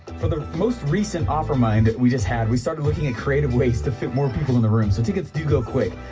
for the most recent offermind we just had, we started looking at creative ways to fit more people in the room so tickets do go quick.